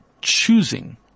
choosing